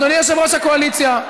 אדוני יושב-ראש הקואליציה,